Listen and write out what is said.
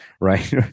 right